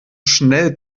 schnell